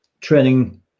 training